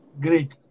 Great